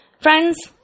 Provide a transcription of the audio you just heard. Friends